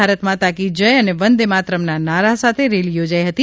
ભારત માતા કી જય અને વંદે માતરમ ના નારા સાથે રેલી યોજાઈ હતી